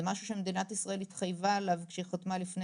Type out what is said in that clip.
זה משהו שמדינת ישראל התחייבה עליו כשהיא חתמה לפני